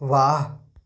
वाह